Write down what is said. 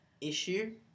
issue